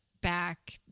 back